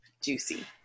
juicy